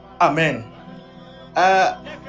Amen